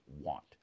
want